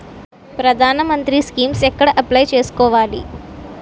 ప్రధాన మంత్రి స్కీమ్స్ ఎక్కడ అప్లయ్ చేసుకోవాలి?